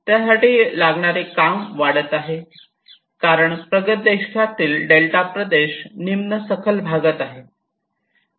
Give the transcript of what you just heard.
त्यासाठी लागणारे काम वाढत आहे कारण प्रगत देशातील डेल्टा प्रदेश हा निम्न सखल भागात आहे